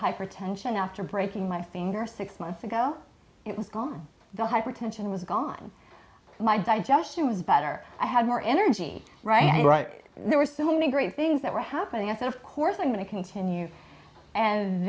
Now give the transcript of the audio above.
hypertension after breaking my finger six months ago it was gone the hypertension was gone my digestion was better i had more energy right right there were so many great things that were happening i said of course i'm going to continue and